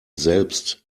selbst